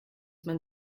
man